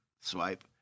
swipe